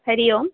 हरिः ओम्